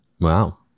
wow